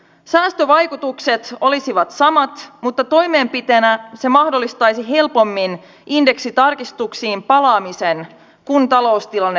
säästövaikutukset olisivat samat mutta toimenpiteenä se mahdollistaisi helpommin indeksitarkistuksiin palaamisen kun taloustilanne parantuu